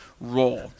role